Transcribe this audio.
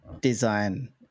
design